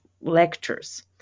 lectures